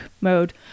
mode